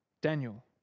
Daniel